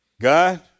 God